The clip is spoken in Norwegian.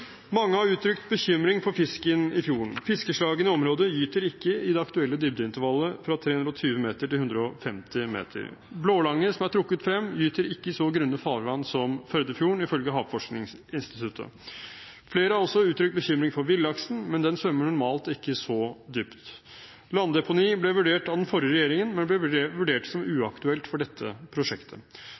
Mange har uttrykt bekymring for fisken i fjorden. Fiskeslagene i området gyter ikke i det aktuelle dybdeintervallet fra 320 meter til 150 meter. Blålange, som er trukket frem, gyter ikke i så grunne farvann som Førdefjorden, ifølge Havforskningsinstituttet. Flere har også uttrykt bekymring for villaksen, men den svømmer normalt ikke så dypt. Landdeponi ble vurdert av den forrige regjeringen, men ble vurdert som uaktuelt for dette prosjektet.